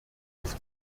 auf